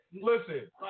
listen